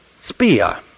spear